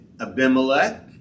Abimelech